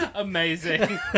amazing